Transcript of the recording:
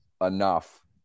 enough